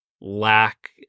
lack